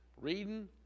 reading